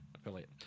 affiliate